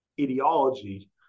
ideology